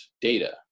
data